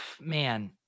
man